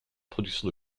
production